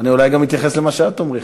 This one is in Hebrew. אני אולי אתייחס גם למה שאת תאמרי,